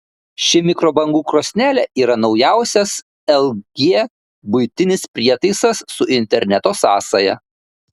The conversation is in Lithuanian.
ši mikrobangų krosnelė yra naujausias lg buitinis prietaisas su interneto sąsaja